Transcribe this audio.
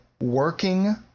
working